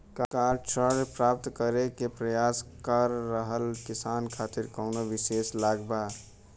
का ऋण प्राप्त करे के प्रयास कर रहल किसान खातिर कउनो विशेष लाभ बा?